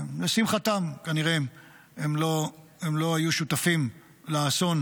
לשמחתם, כנראה, הם לא היו שותפים לאסון